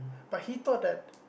but he thought that